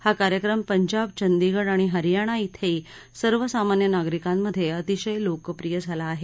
हा कार्यक्रम पंजाब चंदीगढ आणि हरियाणा श्रेही सर्व सामन्य नागरिकांमधे अतिशय लोकप्रिय आहे